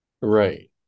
Right